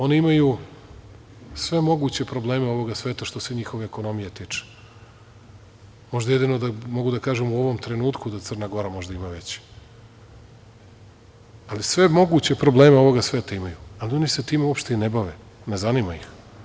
Oni imaju sve moguće probleme ovog sveta, što se njihove ekonomije tiče, možda jedino mogu da kažem u ovom trenutku, da Crna Gora ima veće, ali sve moguće probleme ovog sveta imaju, ali oni se time uopšte i ne bave, ne zanima ih.